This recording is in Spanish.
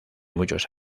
muchos